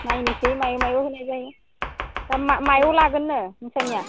नायनोसै मायाव मायाव होनाय जायो दा मायाव लागोन नो नोंसानिया